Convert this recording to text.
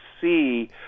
see